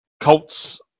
Colts